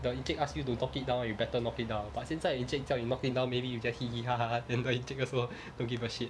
the encik ask you to knock it down you better knock it down but 现在 encik 叫你 knock it down maybe you just then the encik also don't give a shit